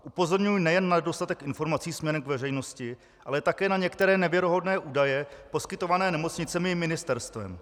Upozorňuji nejen na nedostatek informací směrem k veřejnosti, ale také na některé nevěrohodné údaje poskytované nemocnicemi i ministerstvem.